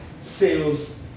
sales